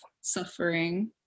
suffering